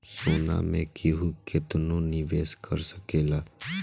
सोना मे केहू केतनो निवेस कर सकेले